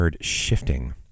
shifting